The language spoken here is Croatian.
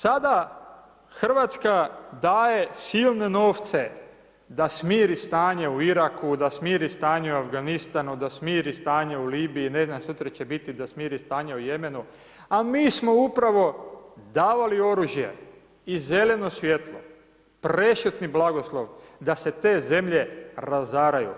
Sada Hrvatska daje silne novce da smiri stanje u Iraku, da smiri stanje u Afganistanu, da smiri stanje u Libiji, ne znam sutra će biti da smiri stanje u Jemenu, a mi smo upravo davali oružje i zeleno svijetlo, prešutni blagoslov da se te zemlje razaraju,